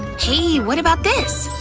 hey! what about this?